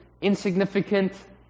insignificant